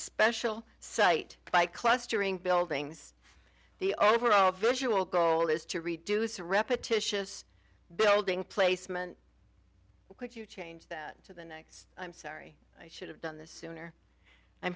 special site by clustering buildings the overall visual goal is to reduce repetitious building placement could you change that to the next i'm sorry i should have done this sooner i'm